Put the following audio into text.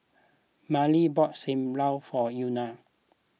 Miley bought Sam Lau for Euna